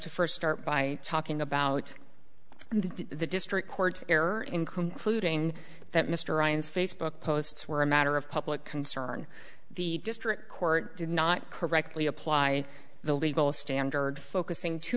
to first start by talking about the district court error in concluding that mr ryan's facebook posts were a matter of public concern the district court did not correctly apply the legal standard focusing too